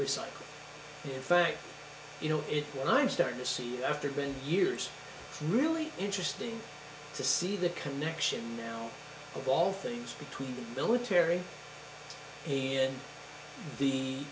recycled in fact you know it i'm starting to see after been years really interesting to see the connection now of all things between the military in the